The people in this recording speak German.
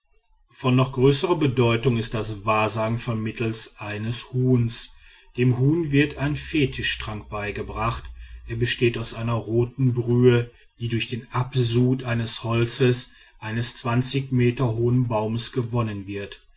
von noch größerer bedeutung ist das wahrsagen vermittels eines huhns dem huhn wird ein fetischtrank beigebracht er besteht aus einer roten brühe die durch den absud des holzes eines meter hohen baumes gewonnen wird